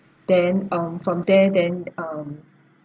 then um from there then um